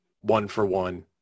one-for-one